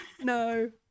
No